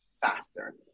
faster